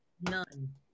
None